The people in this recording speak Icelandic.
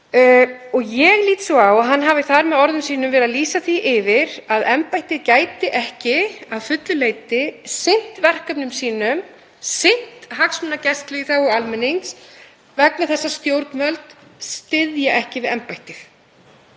Ég lít svo á að hann hafi þar með orðum sínum verið að lýsa því yfir að embættið gæti ekki að fullu leyti sinnt verkefnum sínum, sinnt hagsmunagæslu í þágu almennings vegna þess að stjórnvöld styddu ekki við embættið.